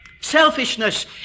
Selfishness